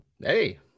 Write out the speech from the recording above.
Hey